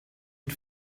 had